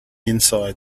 inside